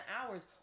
hours